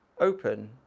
open